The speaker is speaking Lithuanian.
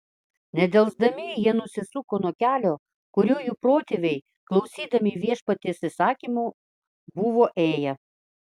nedelsdami jie nusisuko nuo kelio kuriuo jų protėviai klausydami viešpaties įsakymų buvo ėję